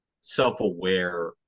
self-aware